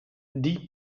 die